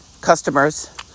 customers